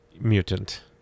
mutant